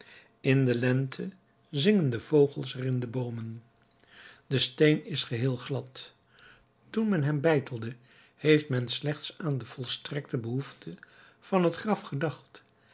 in de lente zingen de vogels er in de boomen de steen is geheel glad toen men hem beitelde heeft men slechts aan de volstrekte behoefte van het graf gedacht